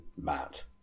Matt